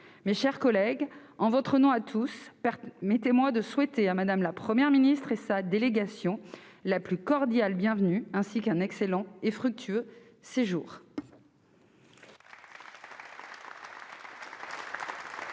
Mes chers collègues, en votre nom à tous, permettez-moi de souhaiter à Mme la Première ministre et à sa délégation la plus cordiale bienvenue, ainsi qu'un excellent et fructueux séjour.